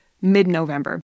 mid-November